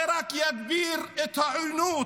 זה רק יגביר את העוינות,